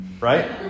right